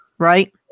Right